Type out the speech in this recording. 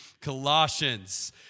Colossians